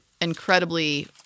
incredibly